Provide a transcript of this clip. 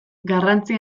garrantzi